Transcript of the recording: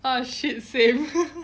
oh shit same